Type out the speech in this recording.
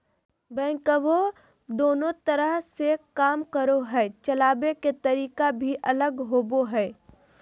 backhoe दोनों तरह से काम करो हइ, चलाबे के तरीका भी अलग होबो हइ